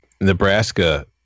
Nebraska